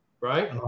right